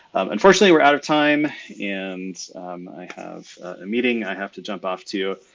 unfortunately, we're out of time and i have a meeting i have to jump off to.